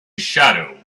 shadow